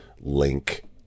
link